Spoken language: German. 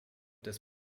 des